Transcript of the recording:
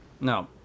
No